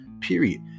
period